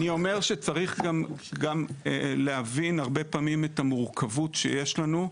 אני רק אומר שצריך גם להבין הרבה פעמים את המורכבות שיש לנו,